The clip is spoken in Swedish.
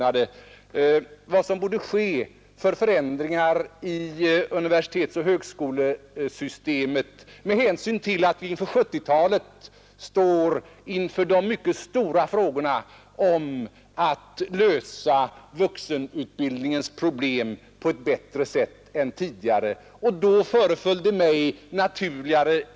Man hade då diskuterat vilka förändringar i universi tetsoch högskolesystemet som borde göras med hänsyn till att vi under 1970-talet står inför de mycket stora frågorna att lösa vuxenutbildningsproblemen på ett bättre sätt än tidigare. Jag säger detta med anledning av att herr Wikström citerade vad jag sade vid denna intervju.